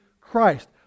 christ